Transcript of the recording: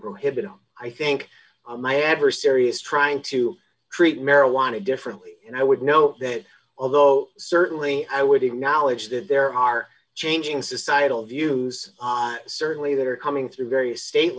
prohibitum i think my adversary is trying to treat marijuana differently and i would know that although certainly i would acknowledge that there are changing societal views certainly that are coming through various state